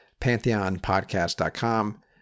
pantheonpodcast.com